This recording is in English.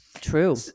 True